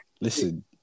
listen